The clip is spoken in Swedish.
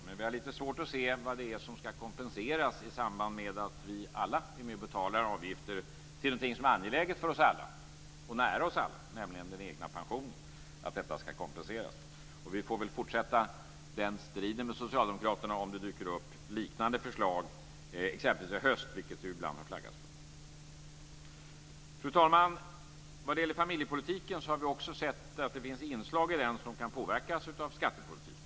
Men vi har lite svårt att se vad det är som ska kompenseras i samband med att vi alla är med och betalar avgifter till någonting som är angeläget och nära oss alla, nämligen den egna pensionen. Vi får väl fortsätta den striden med socialdemokraterna om det dyker upp liknande förslag exempelvis i höst, vilket det ibland har flaggats för. Fru talman! Vad gäller familjepolitiken har vi också sett att det finns inslag i den som kan påverkas av skattepolitiken.